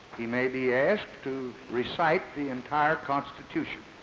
he may be asked to recite the entire constitution,